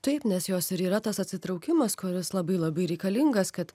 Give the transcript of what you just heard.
taip nes jos ir yra tas atsitraukimas kuris labai labai reikalingas kad